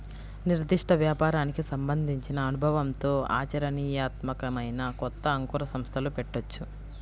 నిర్దిష్ట వ్యాపారానికి సంబంధించిన అనుభవంతో ఆచరణీయాత్మకమైన కొత్త అంకుర సంస్థలు పెట్టొచ్చు